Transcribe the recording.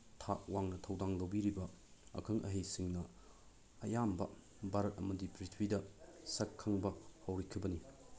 ꯊꯥꯛ ꯋꯥꯡꯅ ꯊꯧꯗꯥꯡ ꯂꯧꯕꯤꯔꯤꯕ ꯑꯈꯪ ꯑꯍꯩꯁꯤꯡꯅ ꯑꯌꯥꯝꯕ ꯚꯥꯔꯠ ꯑꯃꯗꯤ ꯄ꯭ꯔꯤꯊꯤꯕꯤꯗ ꯁꯛ ꯈꯪꯕ ꯑꯣꯏꯈꯤꯕꯅꯤ